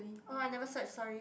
oh I never search sorry